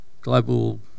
global